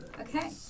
Okay